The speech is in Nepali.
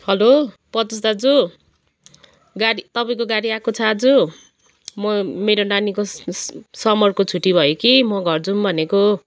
हेलो पत्रुस दाजु गाडी तपाईँको गाडी आएको छ आज म मेरो नानीको समरको छुट्टी भयो कि म घर जाउँ भनेको